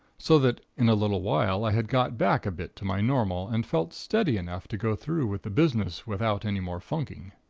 so that, in a little while, i had got back a bit to my normal, and felt steady enough to go through with the business without any more funking.